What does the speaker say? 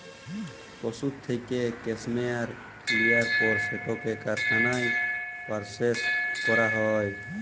পশুর থ্যাইকে ক্যাসমেয়ার লিয়ার পর সেটকে কারখালায় পরসেস ক্যরা হ্যয়